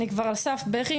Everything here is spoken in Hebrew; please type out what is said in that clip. אני כבר על סף בכי,